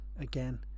again